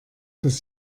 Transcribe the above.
dass